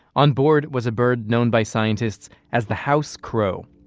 on board was a bird known by scientists as the house crow.